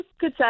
good